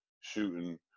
shooting –